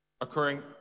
occurring